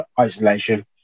isolation